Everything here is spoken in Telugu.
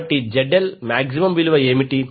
కాబట్టి ZL మాక్సిమం విలువ ఏమిటి